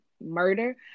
murder